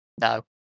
no